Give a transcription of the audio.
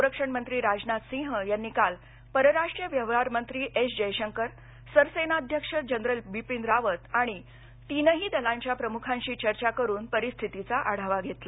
संरक्षण मंत्री राजनाथ सिंह यांनी काल परराष्ट्र व्यवहार मंत्री एस जयशंकर सरसेनाध्यक्ष जनरल बिपीन रावत आणि तीनही दलांच्या प्रमुखांशी चर्चा करून परिस्थितीचा आढावा घेतला